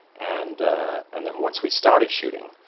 and and then once we started shooting,